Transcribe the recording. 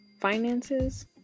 finances